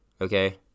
okay